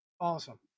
Awesome